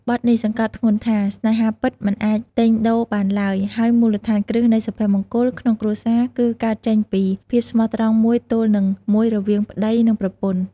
បទនេះសង្កត់ធ្ងន់ថា ស្នេហាពិតមិនអាចទិញដូរបានឡើយ ហើយមូលដ្ឋានគ្រឹះនៃសុភមង្គលក្នុងគ្រួសារគឺកើតចេញពី ភាពស្មោះត្រង់មួយទល់នឹងមួយរវាងប្តីនិងប្រពន្ធ។